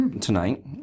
Tonight